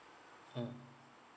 mm